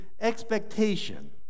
expectation